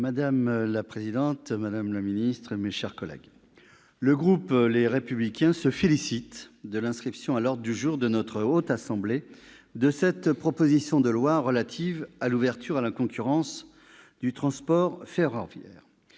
Madame la présidente, madame la ministre, mes chers collègues, le groupe les Républicains se réjouit de l'inscription à l'ordre du jour de la Haute Assemblée de la proposition de loi relative à l'ouverture à la concurrence du transport ferroviaire.